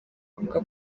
avuga